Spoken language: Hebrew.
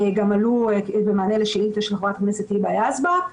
שגם עלו במענה לשאילתה של חברת הכנסת היבה יזבק.